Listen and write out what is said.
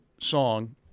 song